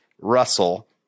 Russell